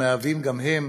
המהווים גם הם